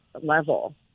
level—